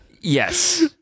Yes